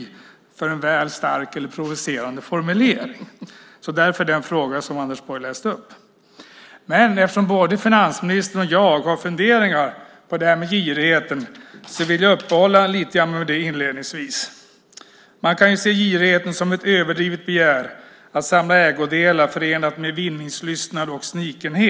Det var en väl stark eller provocerande formulering. Därav den fråga Anders Borg läste upp. Men eftersom både finansministern och jag har funderingar på det här med girigheten vill jag inledningsvis uppehålla mig lite vid detta. Man kan se girighet som ett överdrivet begär, att samla ägodelar förenat med vinningslystnad och snikenhet.